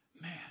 Man